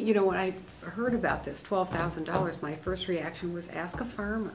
you know what i heard about this twelve thousand dollars my first reaction was ask a firm